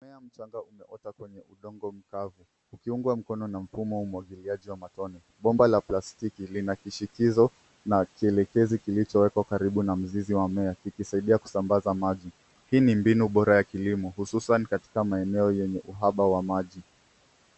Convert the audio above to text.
Mmea mchanga umeota kwenye udongo mkavu ukiungwa mkono na mfumo wa umwagiliaji wa matone. Bomba la plastiki lina kishikizo na kielekezi kilicho wekwa karibu na mzizi wa mmea kikisaidia kusambaza maji. Hii ni mbinu bora ya kilimo hususan katika maeneo yenye uhaba wa maji.